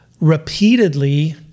repeatedly